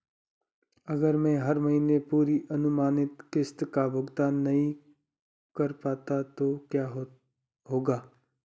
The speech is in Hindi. अगर मैं हर महीने पूरी अनुमानित किश्त का भुगतान नहीं कर पाता तो क्या होगा?